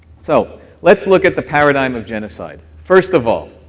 so let's look at the paradigm of genocide. first of all,